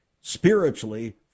spiritually